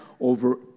over